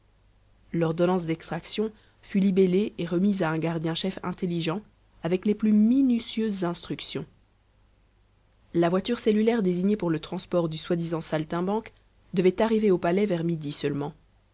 l'ordonnance d'extraction fut libellée et remise à un gardien chef intelligent avec les plus minutieuses instructions la voiture cellulaire désignée pour le transport du soi-disant saltimbanque devait arriver au palais vers midi seulement